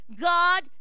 God